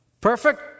perfect